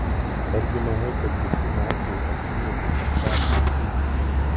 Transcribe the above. argi manai kad visi naciai apsimetė esą naciai